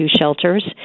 shelters